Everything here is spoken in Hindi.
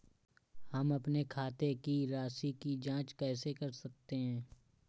हम अपने खाते की राशि की जाँच कैसे कर सकते हैं?